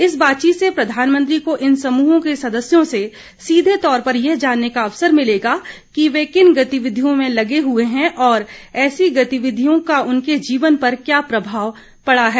इस बातचीत से प्रधानमंत्री को इन समूहों के सदस्यों से सीघे तौर पर यह जानने का अवसर मिलेगा कि वे किन गतिविधियों में लगे हुए हैं और ऐसी गतिविधियों का उनके जीवन पर क्या प्रभाव पड़ा है